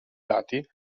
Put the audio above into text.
dati